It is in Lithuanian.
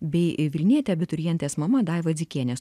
bei vilnietė abiturientės mama daiva dzikienė